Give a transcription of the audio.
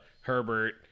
Herbert